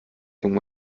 lungen